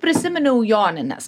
prisiminiau jonines